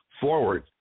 forward